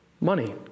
money